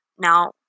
Now